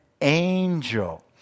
angel